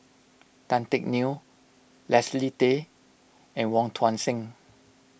Tan Teck Neo Leslie Tay and Wong Tuang Seng